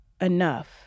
enough